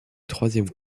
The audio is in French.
troisième